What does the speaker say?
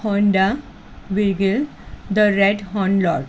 Honda wagon the red Hondas